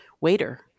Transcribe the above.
waiter